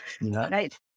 Right